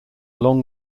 long